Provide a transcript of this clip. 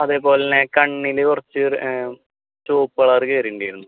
അതേപോലെ തന്നെ കണ്ണിൽ കുറച്ച് ചുവപ്പ് കളർ കയറിയിട്ടുണ്ടായിരുന്നു